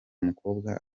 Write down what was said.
mukobwa